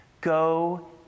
Go